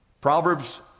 Proverbs